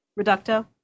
Reducto